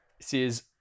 says